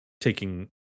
taking